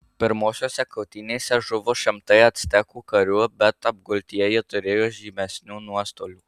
pirmosiose kautynėse žuvo šimtai actekų karių bet apgultieji turėjo žymesnių nuostolių